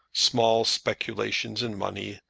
small speculations in money,